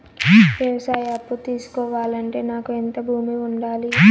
వ్యవసాయ అప్పు తీసుకోవాలంటే నాకు ఎంత భూమి ఉండాలి?